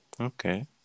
okay